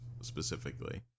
specifically